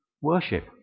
worship